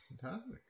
fantastic